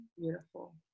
beautiful